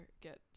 get